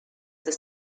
des